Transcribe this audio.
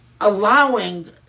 allowing